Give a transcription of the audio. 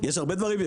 יש הרבה דברים,